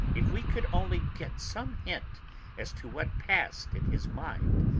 if we could only get some hint as to what passed in his mind,